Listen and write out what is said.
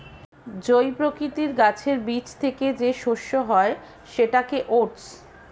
জই প্রকৃতির গাছের বীজ থেকে যে শস্য হয় সেটাকে ওটস